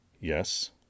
yes